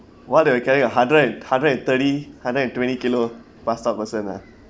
what do you carrying a hundred hundred and thirty hundred and twenty kilo passed out person ah